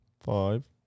Five